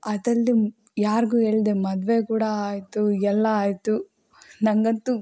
ಅದಲ್ಲದೆ ಯಾರಿಗೂ ಹೇಳ್ದೆ ಮದುವೆ ಕೂಡ ಆಯಿತು ಎಲ್ಲ ಆಯಿತು ನನಗಂತೂ